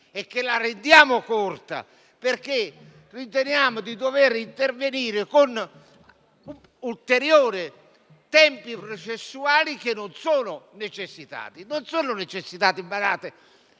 caso: la rendiamo corta ritenendo di dover intervenire con ulteriori tempi processuali, che non sono necessitati